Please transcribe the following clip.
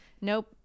nope